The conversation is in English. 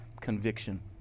conviction